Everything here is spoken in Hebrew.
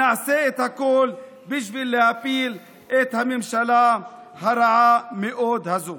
נעשה את הכול בשביל להפיל את הממשלה הרעה מאוד הזו.